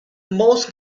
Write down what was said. most